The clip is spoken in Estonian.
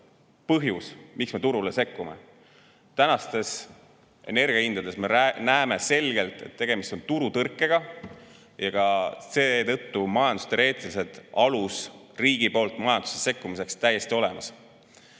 põhjus, miks turule sekkuda. Tänaste energiahindade puhul me näeme selgelt, et tegemist on turutõrkega ja seetõttu on majandusteoreetiline alus riigi poolt majandusse sekkuda täiesti olemas.